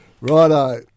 Righto